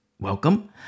welcome